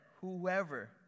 whoever